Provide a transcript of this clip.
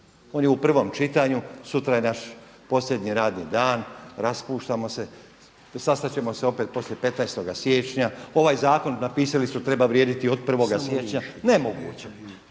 on je u prvom čitanju, sutra je naš posljednji radni dan, raspuštamo se, sastati ćemo se opet poslije 15.-oga siječnja. Ovaj zakon napisali su treba vrijediti od 1. siječnja. Nemoguće.